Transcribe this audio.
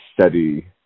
steady